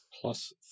Plus